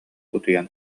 утуйан